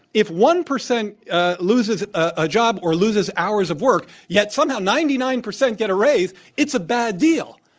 if one percent loses a job or loses hours of work, yet somehow ninety nine percent get a raise, it's a bad deal.